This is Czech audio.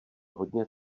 hodně